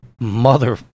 Mother